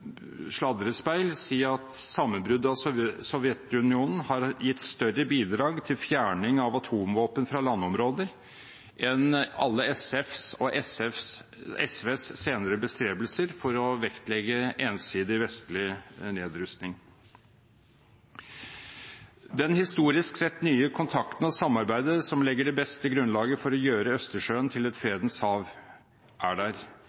sladrespeil si at sammenbruddet av Sovjetunionen har gitt større bidrag til fjerning av atomvåpen fra landområder enn alle SFs og SVs senere bestrebelser for å vektlegge ensidig vestlig nedrustning. Den historisk sett nye kontakten og samarbeidet som legger det beste grunnlaget for å gjøre Østersjøen til et fredens hav, er der.